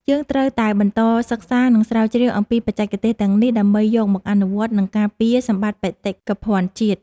យើងត្រូវតែបន្តសិក្សា និង ស្រាវជ្រាវអំពីបច្ចេកទេសទាំងនេះដើម្បីយកមកអនុវត្ត និង ការពារសម្បត្តិបេតិកភណ្ឌជាតិ។